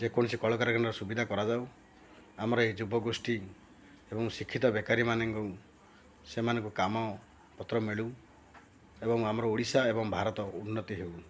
ଯେକୌଣସି କଳକାରଖାନାର ସୁବିଧା କରାଯାଉ ଆମର ଏହି ଯୁବଗୋଷ୍ଠୀ ଏବଂ ଶିକ୍ଷିତ ବେକାରୀ ମାନେଙ୍କୁ ସେମାନଙ୍କୁ କାମପତ୍ର ମିଳୁ ଏବଂ ଆମର ଓଡ଼ିଶା ଏବଂ ଭାରତ ଉନ୍ନତି ହେଉ